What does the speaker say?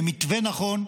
למתווה נכון,